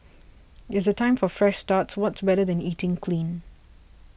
as a time for fresh starts what's better than eating clean